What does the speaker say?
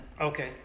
Okay